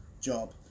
job